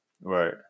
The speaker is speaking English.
Right